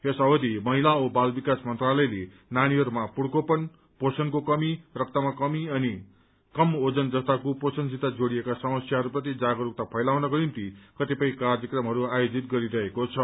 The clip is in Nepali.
यस अवधि महिला औ बाल विकास मन्त्रालयले नानीहरूमा पुढ़कोपन पोषणको कमी रक्तमा कमी अनि कम ओजन जस्ता कुपोषणसित जोड़िएका समस्याहस्प्रति जागस्कता फैलाउनको निम्ति कतिपय कार्यक्रमहरू आयोजित गरिरहेको छ